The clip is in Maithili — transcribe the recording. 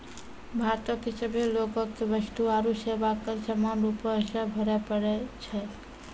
भारतो के सभे लोगो के वस्तु आरु सेवा कर समान रूपो से भरे पड़ै छै